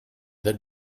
that